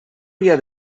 via